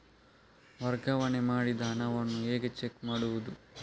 ವರ್ಗಾವಣೆ ಮಾಡಿದ ಹಣವನ್ನು ಹೇಗೆ ಚೆಕ್ ಮಾಡುವುದು?